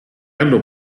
hanno